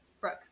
Brooke